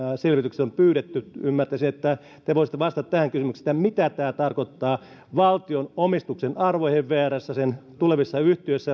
on pyydetty ja ymmärtäisin että te voisitte vastata tähän kysymykseen mitä tämä tarkoittaa valtion omistuksen arvolle vrssä ja tulevissa yhtiöissä